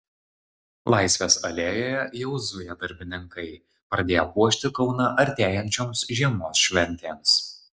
laisvės alėjoje jau zuja darbininkai pradėję puošti kauną artėjančioms žiemos šventėms